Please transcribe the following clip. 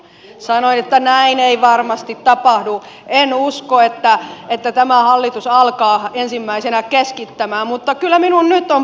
sanoin että näin ei varmasti tapahdu en usko että tämä hallitus alkaa ensimmäisenä keskittämään mutta kyllä minun nyt on peruttava puheeni